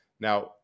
now